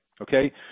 Okay